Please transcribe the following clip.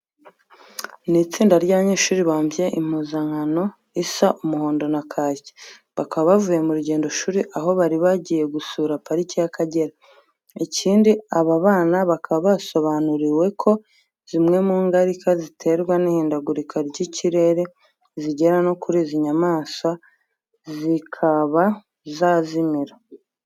Ni itsinda ry'abanyeshuri bambye impuzankano isa umuhondo na kake, bakaba bavuye mu rugendoshuri aho bari bagiye gusura Parike y'Akagera. Ikindi aba bana bakaba basobanuriwe ko zimwe mu ngarika ziterwa n'ihindagurika ry'ikirere zigera no kuri izi nyamaswa zikaba zazimira.